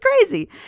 crazy